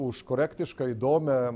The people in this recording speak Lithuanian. už korektišką įdomią